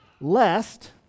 lest